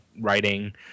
writing